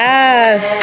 Yes